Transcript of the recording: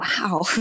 wow